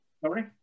Sorry